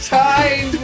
time